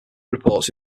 reports